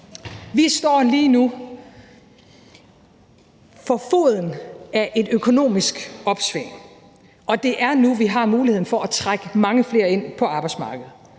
Vi står lige nu for foden af et økonomisk opsving, og det er nu, vi har muligheden for at trække mange flere ind på arbejdsmarkedet